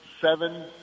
seven